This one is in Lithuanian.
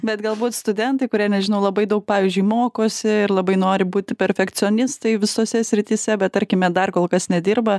bet galbūt studentai kurie nežinau labai daug pavyzdžiui mokosi ir labai nori būti perfekcionistai visose srityse bet tarkime dar kol kas nedirba